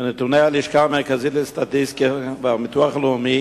מנתוני הלשכה המרכזית לסטטיסטיקה והביטוח הלאומי